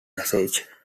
message